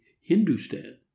Hindustan